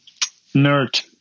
Nerd